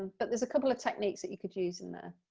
but there's a couple of techniques that you could use in there.